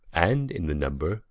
and in the number,